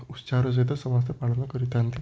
ଉତ୍ସାହର ସହିତ ସମସ୍ତେ ପାଳନ କରିଥାନ୍ତି